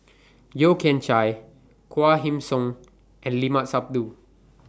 Yeo Kian Chye Quah Kim Song and Limat Sabtu